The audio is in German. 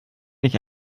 nicht